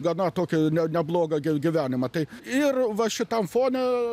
gana tokį ne neblogą gi gyvenimą tai ir va šitam fone